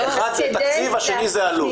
אחד זה תקציב והשני זה עלות.